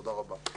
תודה רבה.